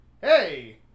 hey